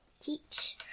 Teach